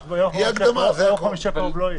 לא, ביום חמישי הקרוב לא יהיה.